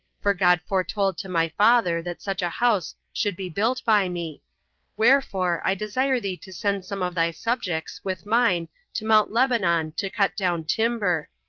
for god foretold to my father that such a house should be built by me wherefore i desire thee to send some of thy subjects with mine to mount lebanon to cut down timber,